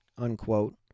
unquote